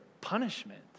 punishment